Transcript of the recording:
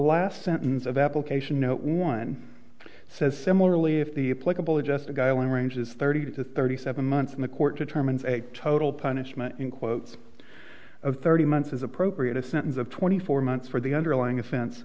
last sentence of application no one says similarly if the applicable just go in range is thirty to thirty seven months in the court determines a total punishment in quotes of thirty months is appropriate a sentence of twenty four months for the underlying offense